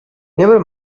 never